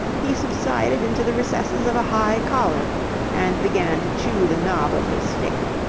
he subsided into the recesses of a high collar and began to chew the knob of his stick.